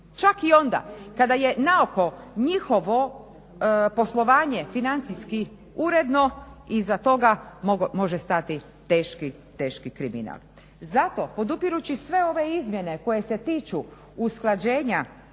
Čak i onda kada je naoko njihovo poslovanje financijskih uredno iza toga može stati teški kriminal. Zato podupirući sve ove izmjene koje se tiču usklađenja